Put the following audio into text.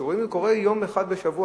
כשרואים שזה קורה ביום אחד בשבוע,